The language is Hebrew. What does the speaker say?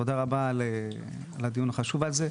תודה רבה על הדיון החשוב הזה.